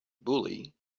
bully